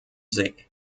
see